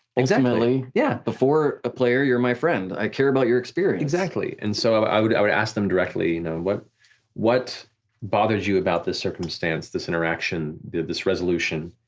exactly, yeah. before a player, you're my friend, i care about your experience exactly, and so i would i would ask them directly you know what what bothers you about this circumstance, this interaction, this resolution.